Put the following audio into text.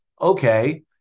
okay